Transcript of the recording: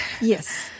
yes